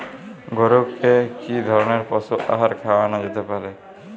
গরু কে কি ধরনের পশু আহার খাওয়ানো যেতে পারে?